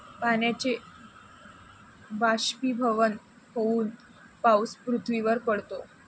पाण्याचे बाष्पीभवन होऊन पाऊस पृथ्वीवर पडतो